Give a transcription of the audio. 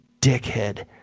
dickhead